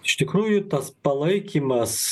iš tikrųjų tas palaikymas